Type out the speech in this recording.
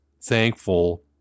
thankful